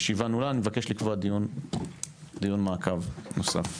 הישיבה נעולה, אני מבקש לקבוע דיון מעקב נוסף.